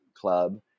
club